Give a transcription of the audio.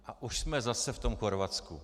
A už jsme zase v tom Chorvatsku.